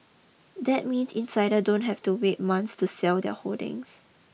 that means insider don't have to wait months to sell their holdings